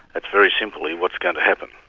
that's very simply what's going to happen.